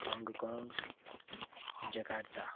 Hong Kong Jakarta